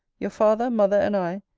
your father, mother, and i,